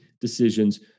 decisions